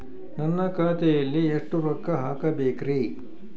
ನಾನು ಖಾತೆಯಲ್ಲಿ ಎಷ್ಟು ರೊಕ್ಕ ಹಾಕಬೇಕ್ರಿ?